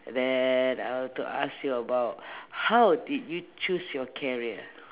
then I want to ask you about how did you choose your career